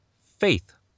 Faith